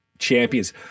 Champions